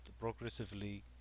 progressively